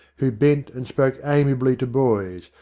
who bent and spoke amiably to boys,